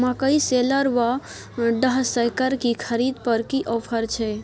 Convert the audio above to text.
मकई शेलर व डहसकेर की खरीद पर की ऑफर छै?